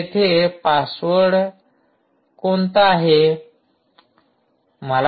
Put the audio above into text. तर येथे बरोबर पासवर्ड कोणता आहे